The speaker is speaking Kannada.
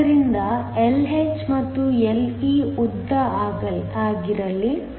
ಆದ್ದರಿಂದ Lh ಮತ್ತು Le ಉದ್ದ ಆಗಿರಲಿ